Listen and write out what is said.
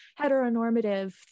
heteronormative